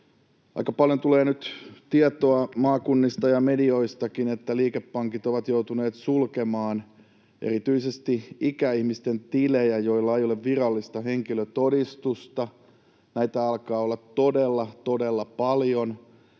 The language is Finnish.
Aika paljon tulee nyt tietoa maakunnista ja medioistakin, että liikepankit ovat joutuneet sulkemaan erityisesti ikäihmisten tilejä, koska heillä ei ole virallista henkilötodistusta. Näitä alkaa olla todella, todella paljon.